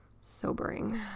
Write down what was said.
sobering